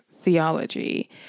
theology